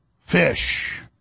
fish